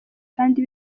kandi